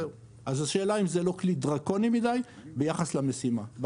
אז השאלה אם זה לא כלי דרקוני מדי ביחס למשימה.